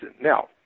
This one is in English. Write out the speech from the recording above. Now